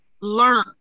Learn